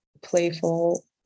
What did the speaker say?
playful